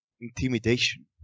Intimidation